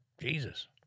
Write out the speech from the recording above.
Jesus